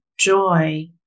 joy